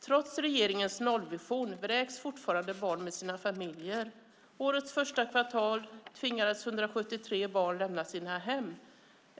"Trots regeringens nollvision vräks fortfarande barn med sina familjer. Årets första kvartal tvingades 173 barn lämna sina hem.